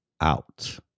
out